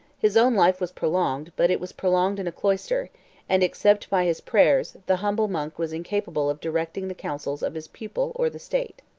his own life was prolonged, but it was prolonged in a cloister and, except by his prayers, the humble monk was incapable of directing the counsels of his pupil or the state.